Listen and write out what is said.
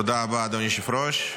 תודה רבה, אדוני היושב-ראש.